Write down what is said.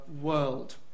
world